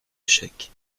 échec